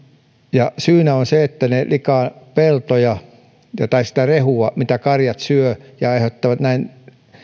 syynä on se että ne likaavat peltoja ja sitä rehua mitä karjat syövät ja aiheuttavat näin